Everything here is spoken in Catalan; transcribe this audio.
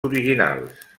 originals